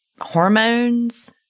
hormones